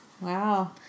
Wow